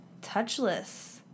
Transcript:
Touchless